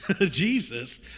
Jesus